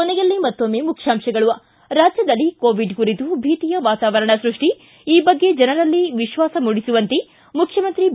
ಕೊನೆಯಲ್ಲಿ ಮತ್ತೊಮ್ಮೆ ಮುಖ್ಯಾಂಶಗಳು ಿ ರಾಜ್ಯದಲ್ಲಿ ಕೋವಿಡ್ ಕುರಿತು ಭೀತಿಯ ವಾತಾವರಣ ಸೃಷ್ಟಿ ಈ ಬಗ್ಗೆ ಜನರಲ್ಲಿ ವಿಶ್ವಾಸ ಮೂಡಿಸುವಂತೆ ಮುಖ್ಯಮಂತ್ರಿ ಬಿ